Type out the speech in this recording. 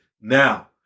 now